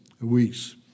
weeks